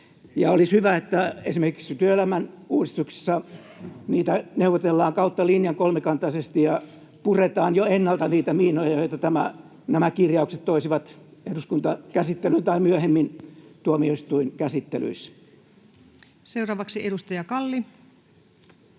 Olisi hyvä, että esimerkiksi työelämän uudistuksissa niitä neuvotellaan kautta linjan kolmikantaisesti ja puretaan jo ennalta niitä miinoja, joita nämä kirjaukset toisivat eduskuntakäsittelyyn tai myöhemmin tuomioistuinkäsittelyissä. [Antti Lindtman: